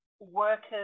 workers